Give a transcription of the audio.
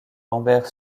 lambert